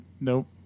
Nope